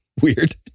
Weird